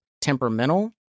temperamental